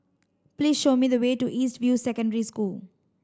please show me the way to East View Secondary School